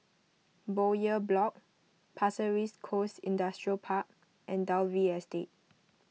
Bowyer Block Pasir Ris Coast Industrial Park and Dalvey Estate